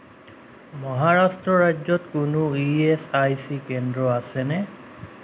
মহাৰাষ্ট্ৰ ৰাজ্যত কোনো E S I C কেন্দ্ৰ আছেনে